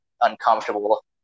uncomfortable